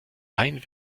rein